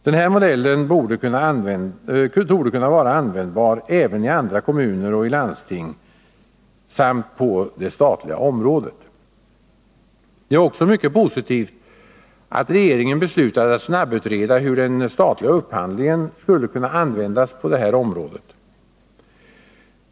Den här modellen borde kunna vara användbar även i andra kommuner och i landsting samt på det statliga området. Det är också mycket positivt att regeringen beslutat att snabbutreda hur den statliga upphandlingen skulle kunna användas på det här området.